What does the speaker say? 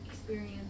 Experience